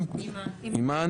אימאן.